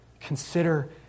Consider